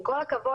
עם כל הכבוד,